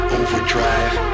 overdrive